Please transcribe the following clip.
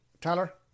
Tyler